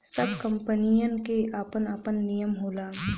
सब कंपनीयन के आपन आपन नियम होला